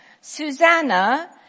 Susanna